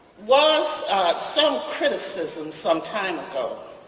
was some criticism some time ago